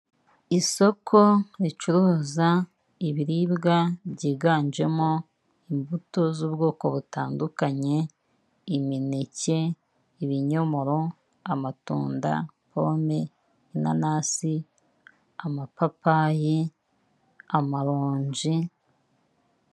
Isoko ricuruza ibiribwa byiganjemo imbuto z'ubwoko butandukanye, imineke, ibinyomoro, amatunda, pome, inanasi, amapapayi, amaroji.